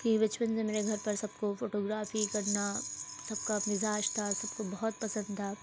کہ بچپن میں میرے گھر پر سب کو فوٹوگرافی کرنا سب کا مزاج تھا سب بہت پسند تھا